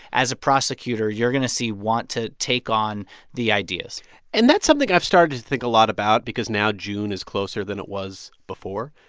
as a prosecutor, you're going to see want to take on the ideas and that's something i've started to think a lot about because now june is closer than it was before.